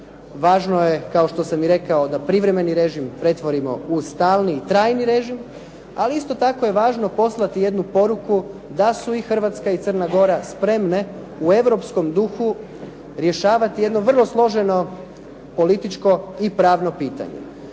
Važno je, kao što sam i rekao, da privremeni režim pretvorimo u stalni i trajni režim, ali isto tako je važno poslati jednu poruku da su i Hrvatska i Crna Gora spremne u europskom duhu rješavati jedno vrlo složeno političko i pravno pitanje.